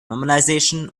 normalization